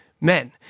men